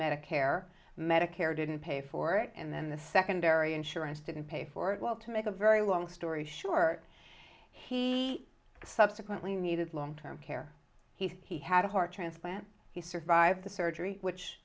medicare medicare didn't pay for it and then the secondary insurance didn't pay for it well to make a very long story short he subsequently needed long term care he had a heart transplant he survived the surgery which